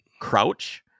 Crouch